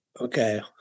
Okay